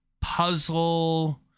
puzzle